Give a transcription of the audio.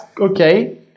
okay